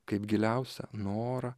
kaip giliausią norą